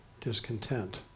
discontent